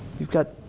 you've got